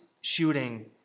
shooting